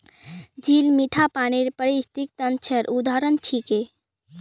झील मीठा पानीर पारिस्थितिक तंत्रेर उदाहरण छिके